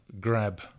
grab